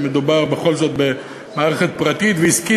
שמדובר בכל זאת במערכת פרטית ועסקית,